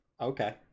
Okay